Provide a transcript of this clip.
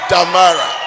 Damara